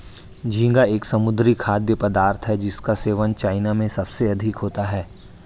झींगा एक समुद्री खाद्य पदार्थ है जिसका सेवन चाइना में सबसे अधिक होता है